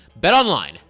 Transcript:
BetOnline